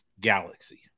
galaxy